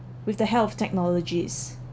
with the health technologies